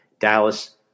Dallas